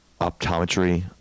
optometry